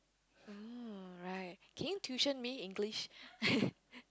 mm right can you tuition me English